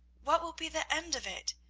what will be the end of it?